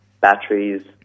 batteries